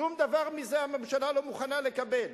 שום דבר מזה הממשלה לא מוכנה לקבל.